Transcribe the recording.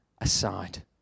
aside